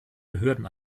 behörden